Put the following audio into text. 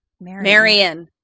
marion